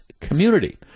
community